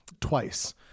twice